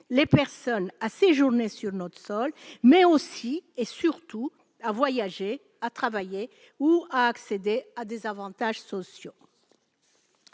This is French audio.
les personnes à séjourner sur notre sol, mais aussi et surtout à voyager, à travailler ou à accéder à des avantages sociaux.